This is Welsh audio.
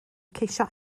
ceisio